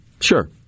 Sure